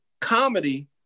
comedy